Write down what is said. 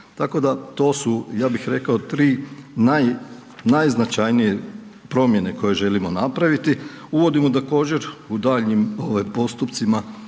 Tako da to su, ja bih rekao 3 najznačajnije promjene koje želimo napraviti. Uvodimo također u daljnjim postupcima,